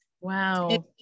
wow